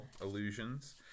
Illusions